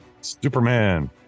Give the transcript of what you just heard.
Superman